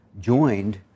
joined